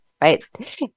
right